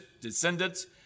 descendants